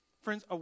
Friends